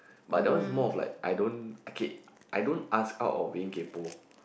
but that one is more of like I don't okay I don't ask out of being kaypo